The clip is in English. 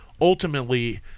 ultimately